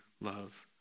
love